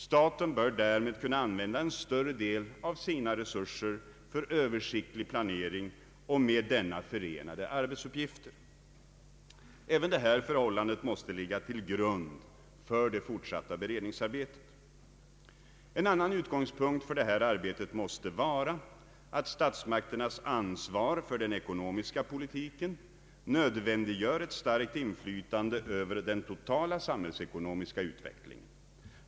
Staten bör därmed kunna använda en större del av sina resurser för översiktlig planering och med denna förenade arbetsuppgifter. även det förhållandet måste ligga till grund för det fortsatta beredningsarbetet. En annan utgångspunkt för detta arbete måste vara att statsmakternas ansvar för den ekonomiska politiken nödvändiggör ett starkt inflytande över den totala samhällsekonomiska utvecklingen.